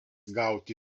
gauti